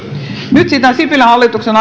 nyt sitä sipilän hallituksen